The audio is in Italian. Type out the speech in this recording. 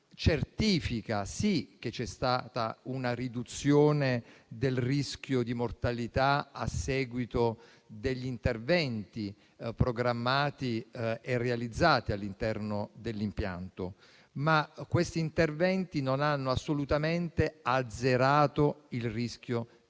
certifica, sì, che c'è stata una riduzione del rischio di mortalità a seguito degli interventi programmati e realizzati all'interno dell'impianto, ma non sono stati assolutamente azzerati il rischio di mortalità